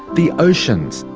the oceans,